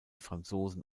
franzosen